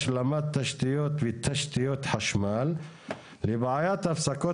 השלמת תשתיות ותשתיות חשמל לבעיית הפסקות